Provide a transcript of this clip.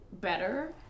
better